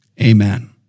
Amen